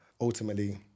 Ultimately